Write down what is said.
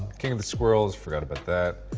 king of the squirrels. forgot about that.